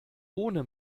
ohne